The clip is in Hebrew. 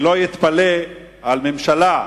שלא יתפלא על ממשלה,